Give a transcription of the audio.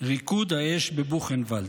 "ריקוד האש בבוכנוולד".